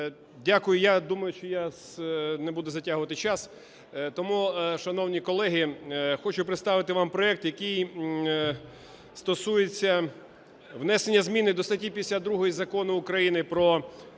Дякую. Я думаю, що я не буду затягувати час. Тому, шановні колеги, хочу представити вам проект, який стосується внесення зміни до статті 52 Закону України "Про фізичну